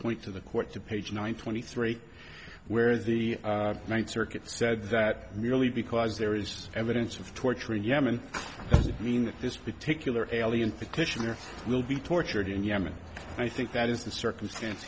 point to the court to page nine twenty three where the ninth circuit said that merely because there is evidence of torture in yemen mean that this particular alley in petitioner will be tortured in yemen i think that is the circumstance